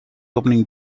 opening